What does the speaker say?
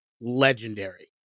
legendary